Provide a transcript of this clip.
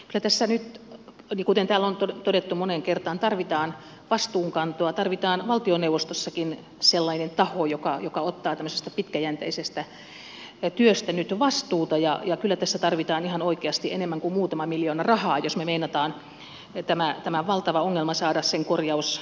kyllä tässä nyt kuten täällä on todettu moneen kertaan tarvitaan vastuunkantoa tarvitaan valtioneuvostossakin sellainen taho joka ottaa tämmöisestä pitkäjänteisestä työstä nyt vastuuta ja kyllä tässä tarvitaan ihan oikeasti enemmän kuin muutama miljoona rahaa jos me meinaamme saada tämän valtavan ongelman korjauksen edes alulle